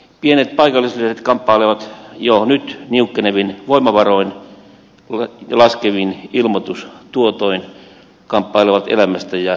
pienet paikallislehdet kamppailevat jo nyt niukkenevin voimavaroin ja laskevin ilmoitustuotoin elämästä ja kuolemasta